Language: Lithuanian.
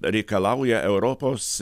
reikalauja europos